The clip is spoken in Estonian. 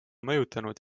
mõjutanud